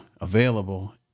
available